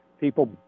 people